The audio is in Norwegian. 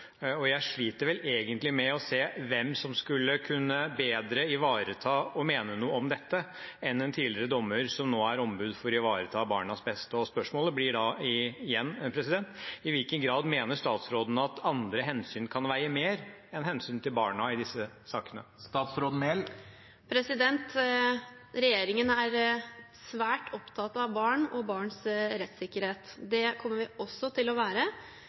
Jeg sliter vel egentlig med å se hvem som bedre skulle kunne ivareta og mene noe om dette enn en tidligere dommer som nå er ombud for å ivareta barnas beste. Spørsmålet blir da igjen: I hvilken grad mener statsråden at andre hensyn kan veie mer enn hensynet til barna i disse sakene? Regjeringen er svært opptatt av barn og barns rettssikkerhet. Det kommer vi også til å være